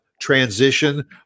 transition